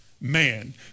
man